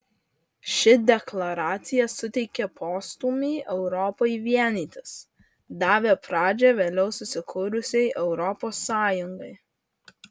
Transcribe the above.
ši deklaracija suteikė postūmį europai vienytis davė pradžią vėliau susikūrusiai europos sąjungai